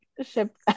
ship